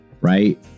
right